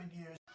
years